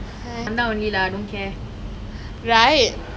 oh ஆமா: aama you were telling me right today got match ah